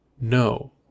No